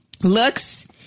Looks